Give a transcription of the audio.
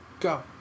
go